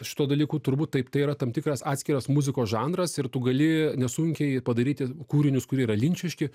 šituo dalyku turbūt taip tai yra tam tikras atskiras muzikos žanras ir tu gali nesunkiai padaryti kūrinius kurie yra linčiški